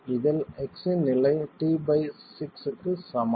இதில் x இன் நிலை t6 க்கு சமம்